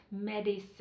medicine